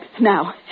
Now